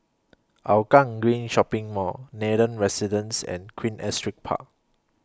Hougang Green Shopping Mall Nathan Residences and Queen Astrid Park